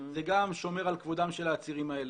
זה גם שומר על כבודם של העצירים האלה.